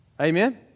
Amen